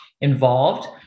involved